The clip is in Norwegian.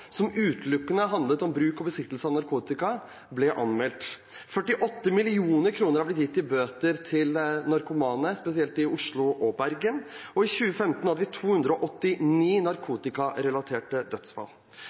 som utelukkende handlet om bruk og besittelse av narkotika, har blitt anmeldt. 48 mill. kr har blitt gitt i bøter til narkomane, spesielt i Oslo og Bergen, og i 2015 hadde vi 289 narkotikarelaterte dødsfall.